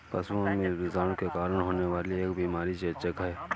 पशुओं में विषाणु के कारण होने वाली एक बीमारी चेचक है